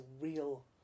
real